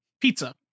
pizza